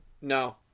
no